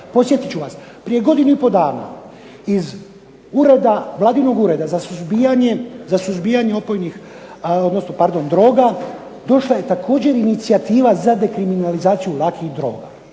Podsjetit ću vas, prije godinu i pol dana iz vladinog Ureda za suzbijanje droga došla je također inicijativa za dekriminalizaciju lakih droga.